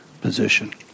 position